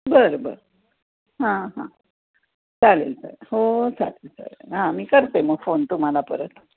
बरं बरं हां हां चालेल हो चालेल चाल हां मी करते मग फोन तुम्हाला परत